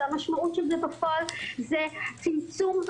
המשמעות של זה בפועל היא צמצום,